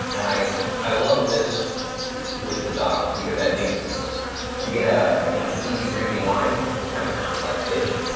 and i i love this with the doc because i think you get ah you know an easy drinking wine with kind of a complex dish.